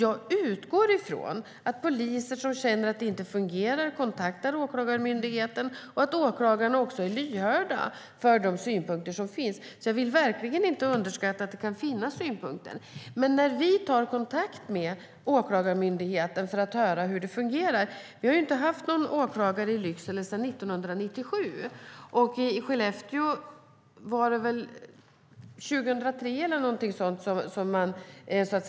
Jag utgår från att poliser som känner att det inte fungerar kontaktar Åklagarmyndigheten och att åklagarna är lyhörda för de synpunkter som finns. Jag vill verkligen inte underskatta det faktum att det kan finnas synpunkter. Vi har inte haft någon åklagare i Lycksele sedan 1997, och i Skellefteå centraliserade man 2003, om jag minns rätt.